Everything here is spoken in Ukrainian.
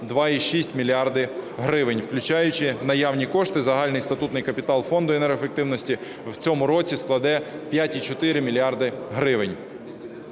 2,6 мільярда гривень, включаючи наявні кошти, загальний статутний капітал Фонду енергоефективності в цьому році складе 5,4 мільярда